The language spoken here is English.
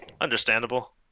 Understandable